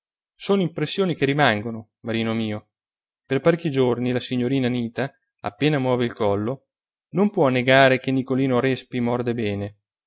sono impressioni che rimangono marino mio per parecchi giorni la signorina anita appena muove il collo non può negare che nicolino respi morde bene